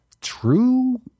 true